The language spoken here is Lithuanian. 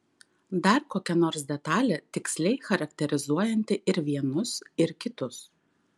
dar kokia nors detalė tiksliai charakterizuojanti ir vienus ir kitus